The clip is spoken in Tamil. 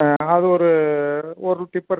ஆ அது ஒரு ஒரு டிப்பர்